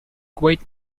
weight